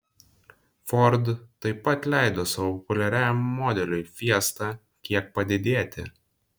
ford taip pat leido savo populiariajam modeliui fiesta kiek padidėti